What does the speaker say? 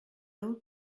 old